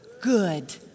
Good